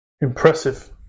Impressive